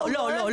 לא.